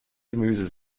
gemüse